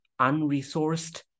unresourced